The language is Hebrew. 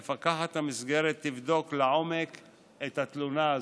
מפקחת המסגרת תבדוק לעומק את התלונה הזאת.